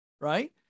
Right